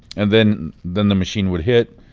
and then then the machine would hit.